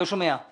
מבחינת